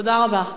תודה רבה.